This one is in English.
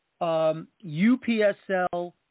UPSL